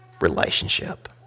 relationship